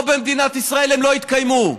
פה, במדינת ישראל, הן לא יתקיימו.